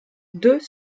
deux